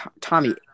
Tommy